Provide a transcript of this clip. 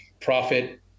profit